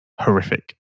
Horrific